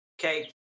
okay